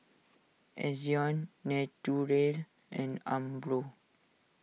Ezion Naturel and Umbro